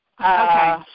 Okay